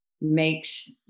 makes